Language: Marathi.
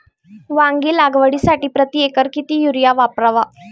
वांगी लागवडीसाठी प्रति एकर किती युरिया वापरावा?